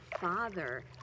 father